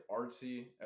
artsy